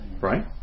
Right